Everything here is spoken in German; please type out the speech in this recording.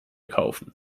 kaufen